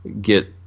get